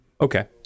Okay